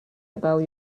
about